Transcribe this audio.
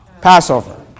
Passover